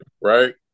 right